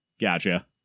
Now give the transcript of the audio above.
Gotcha